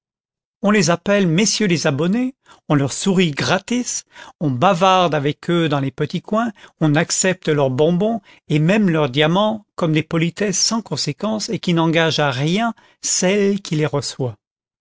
on les appelle mm les abon nés on leur sourit gratis on bavarde avec eux dans les petits coins on accepte leurs bonbons et même leurs diamants comme des politesses sans conséquence et qui n'engagent à rien celle qui les reçoit